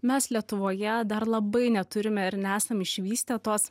mes lietuvoje dar labai neturime ir nesam išvystę tos